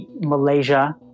malaysia